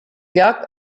lloc